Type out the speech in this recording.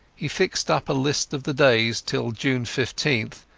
he fixed up a list of the days till june fifteenth,